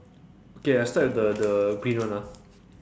okay I start with the the green one ah